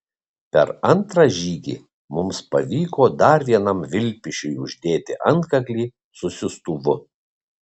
per antrą žygį mums pavyko dar vienam vilpišiui uždėti antkaklį su siųstuvu